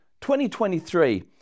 2023